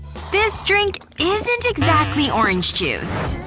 this drink isn't exactly orange juice.